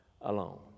alone